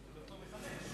יותר טוב מחמישה.